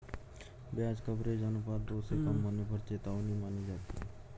ब्याज कवरेज अनुपात दो से कम होने पर चेतावनी मानी जाती है